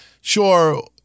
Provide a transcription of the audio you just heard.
Sure